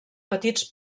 petits